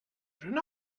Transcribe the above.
jeune